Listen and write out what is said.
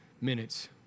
minutes